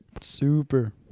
Super